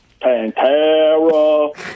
Pantera